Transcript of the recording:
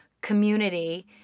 community